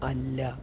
അല്ല